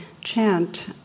chant